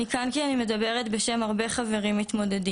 אני כאן כי אני מדברת בשם הרבה חברים מתמודדים,